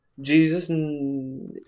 Jesus